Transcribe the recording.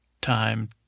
Time